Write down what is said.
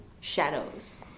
shadows